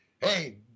Hey